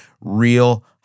real